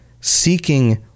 seeking